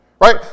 right